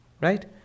right